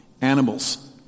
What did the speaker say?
Animals